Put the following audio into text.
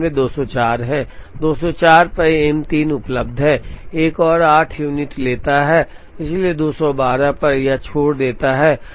204 पर एम 3 उपलब्ध है एक और 8 यूनिट लेता है इसलिए 212 पर यह छोड़ देता है